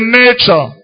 nature